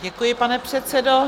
Děkuji, pane předsedo.